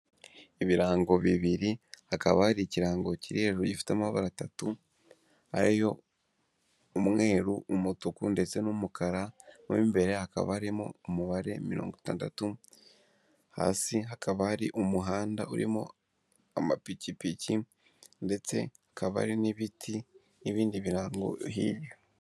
Ibirango bibiri hakaba hari ikirango kiri hejuru gifite amabara atatu ariyo umweru, umutuku ndetse n'umukara. Mo mu imbere hakaba harimo umubare mirongo itandatu, hasi hakaba hari umuhanda urimo amapikipiki ndetse akaba ari n'ibiti n'ibindi birango hirya.